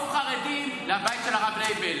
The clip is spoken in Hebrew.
ברור, איזו שאלה?